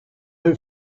who